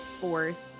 force